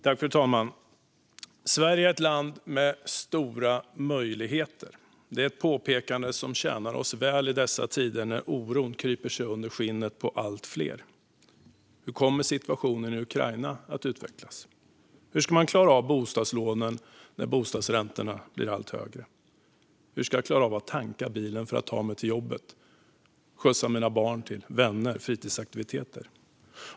Fru talman! Sverige är ett land med stora möjligheter. Det är ett påpekande som tjänar oss väl i dessa tider när oron kryper in under skinnet på allt fler: Hur kommer situationen i Ukraina att utvecklas? Hur ska man klara av bostadslånen när bostadsräntorna blir allt högre? Hur ska jag klara av att tanka bilen för att ta mig till jobbet och skjutsa mina barn till vänner och fritidsaktiviteter?